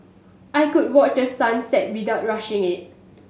I could watch the sun set without rushing it